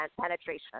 penetration